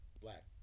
black